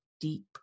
deep